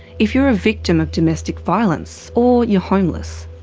if you're a victim of domestic violence, or you're homeless.